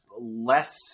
less